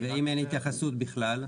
ואם אין התייחסות בכלל?